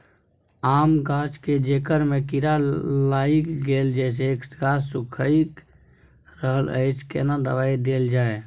आम गाछ के जेकर में कीरा लाईग गेल जेसे गाछ सुइख रहल अएछ केना दवाई देल जाए?